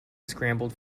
scrambled